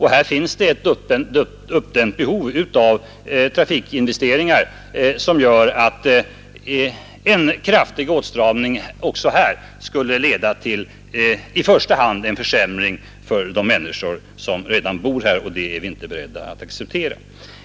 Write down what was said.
I dessa finns ett uppdämt behov av trafikinvesteringar, vilket gör att en kraftig åtstramning också där i första han skulle leda till en försämring för de människor som redan är bosatta där, och det är vi inte beredda att acceptera.